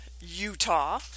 Utah